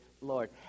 Lord